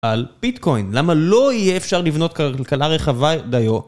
על ביטקוין, למה לא יהיה אפשר לבנות כלכלה רחבה דיו?